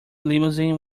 limousine